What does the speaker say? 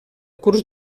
curs